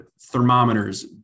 thermometers